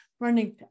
running